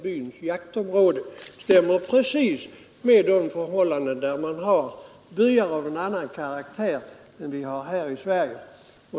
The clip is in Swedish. Det stämmer precis med förhållandena där man har byar av en annan karaktär än här i Sverige.